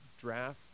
draft